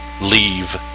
leave